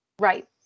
Right